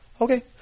okay